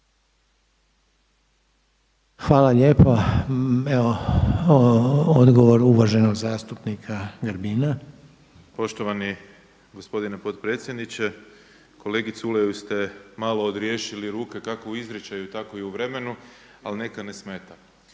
Hvala lijepa. Evo, odgovor uvaženog zastupnika Grbina. **Grbin, Peđa (SDP)** Poštovani gospodine potpredsjedniče, kolegi Culeju ste malo odriješili ruke kako u izričaju, tako i u vremenu. Ali neka, ne smeta.